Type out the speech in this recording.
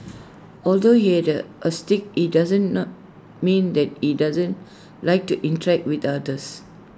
although he is the autistic IT does not mean that he doesn't like to interact with others